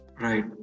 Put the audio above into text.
Right